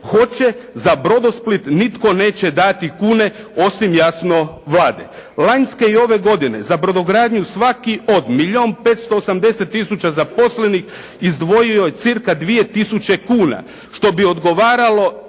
hoće, za "Brodosplit" nitko neće dati kune osim jasno Vladi. Lanjske i ove godine za brodogradnju svaki od milijun i 580 tisuća zaposlenih izdvojio je cca 2 tisuće kuna što bi odgovaralo